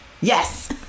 Yes